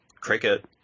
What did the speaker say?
cricket